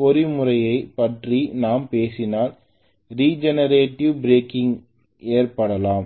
பொறிமுறையைப் பற்றி நாம் பேசினால் ரிஜெனரேட்டிவ் பிரேக்கிங் ஏற்படலாம்